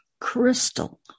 crystal